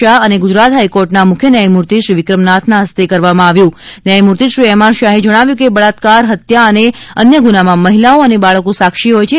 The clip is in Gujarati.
શાહ અને ગુજરાત હાઈકોટના મુખ્ય ન્યાયમૂતિ શ્રી વિક્રમનાથના હસ્તે કરવામાં આવ્યું ન્યાયમૂર્તિ શ્રી એમ આર શાહે જણાવ્યું છે કે બળાત્કાર હત્યા અને અન્ય ગુનામાં મહિલાઓ અને બાળકો સાક્ષી હોય છે